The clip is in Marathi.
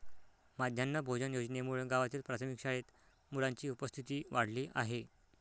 माध्यान्ह भोजन योजनेमुळे गावातील प्राथमिक शाळेत मुलांची उपस्थिती वाढली आहे